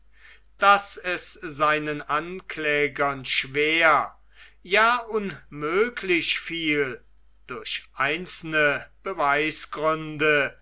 daß es seinen anklägern schwer ja unmöglich fiel durch einzelne beweisgründe